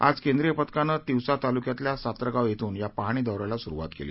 आज केंद्रीय पथकानं तिवसा तालुक्यातील सातरगाव श्र्वून या पाहणी दौऱ्याला सुरवात केली